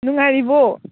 ꯅꯨꯡꯉꯥꯏꯔꯤꯕꯣ